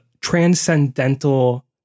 transcendental